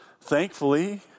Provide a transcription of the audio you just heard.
Thankfully